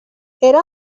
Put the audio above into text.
era